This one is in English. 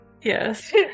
Yes